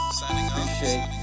Appreciate